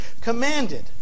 commanded